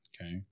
Okay